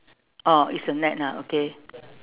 oh it's a net ah okay